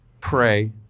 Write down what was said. pray